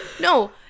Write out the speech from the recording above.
No